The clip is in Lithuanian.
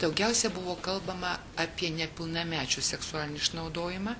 daugiausia buvo kalbama apie nepilnamečių seksualinį išnaudojimą